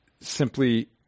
simply